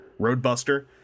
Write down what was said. Roadbuster